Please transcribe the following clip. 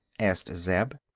asked zeb.